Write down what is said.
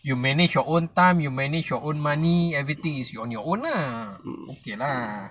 you manage your own time you manage your own money everything is you on your own lah okay lah